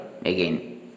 again